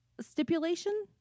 stipulation